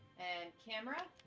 and camera.